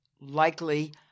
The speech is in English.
likely